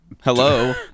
Hello